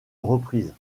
reprises